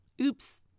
Oops